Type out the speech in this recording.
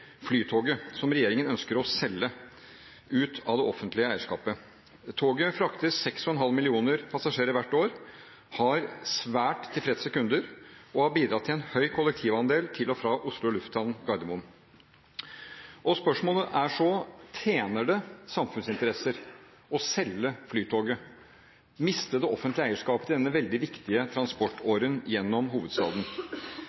Flytoget, som regjeringen ønsker å selge ut av det offentlige eierskapet. Toget frakter 6,5 millioner passasjerer hvert år, har svært tilfredse kunder og har bidratt til en høy kollektivandel til og fra Oslo Lufthavn Gardermoen. Spørsmålet er så: Tjener det samfunnsinteresser å selge Flytoget og miste det offentlige eierskapet til denne veldig viktige transportåren gjennom hovedstaden?